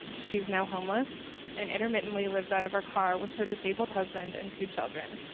she is now homeless and intermittently lives out of her car with her disabled husband and two children,